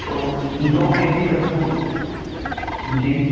दो K G कद्दू जी